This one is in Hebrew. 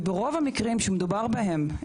וברוב המקרים שמדובר בהם,